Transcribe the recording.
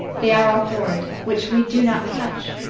they are a hoard which we do not touch.